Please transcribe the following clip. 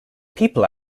people